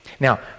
Now